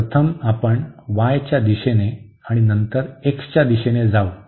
तर प्रथम आपण y च्या दिशेने आणि नंतर x च्या दिशेने जाऊ